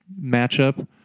matchup